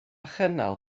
chynnal